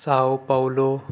ছাও Paolo